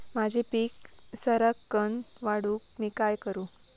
माझी पीक सराक्कन वाढूक मी काय करू?